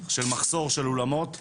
של מחסור של אולמות ומגרשים.